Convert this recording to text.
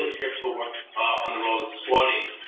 empirical work on the role of squatting